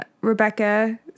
Rebecca